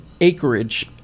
acreage